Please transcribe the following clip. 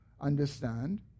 understand